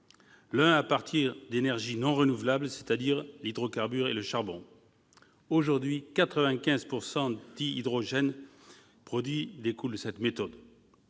à partir d'énergies non renouvelables, c'est-à-dire d'hydrocarbures et de charbon. Aujourd'hui, 95 % du dihydrogène produit découle de cette méthode.